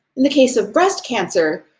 in the case of breast cancer,